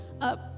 up